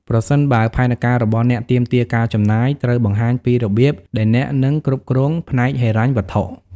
ប្រសិនបើផែនការរបស់អ្នកទាមទារការចំណាយ ត្រូវបង្ហាញពីរបៀបដែលអ្នកនឹងគ្រប់គ្រងផ្នែកហិរញ្ញវត្ថុ។